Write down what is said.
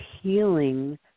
healing